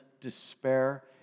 despair